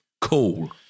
cool